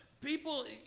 People